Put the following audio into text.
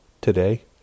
today